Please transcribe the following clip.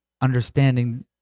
understanding